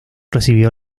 recibió